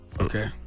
Okay